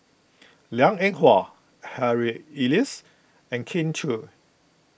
Liang Eng Hwa Harry Elias and Kin Chui